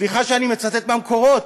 סליחה שאני מצטט מהמקורות,